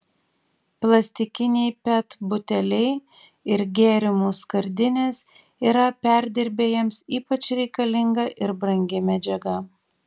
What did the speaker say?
plastikiniai pet buteliai ir gėrimų skardinės yra perdirbėjams ypač reikalinga ir brangi medžiaga